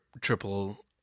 Triple